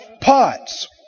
pots